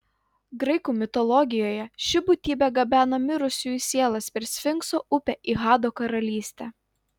graikų mitologijoje ši būtybė gabena mirusiųjų sielas per sfinkso upę į hado karalystę